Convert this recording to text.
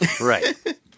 Right